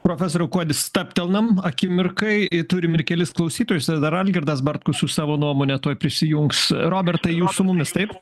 profesoriau kuodi stabtelnam akimirkai turim ir kelis klausytojus ir dar algirdas bartkus su savo nuomone tuoj prisijungs robertai jūs su mumis taip